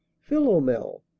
Philomel